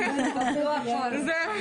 הם ביקשו שגם